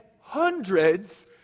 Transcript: hundreds